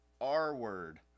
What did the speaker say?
R-word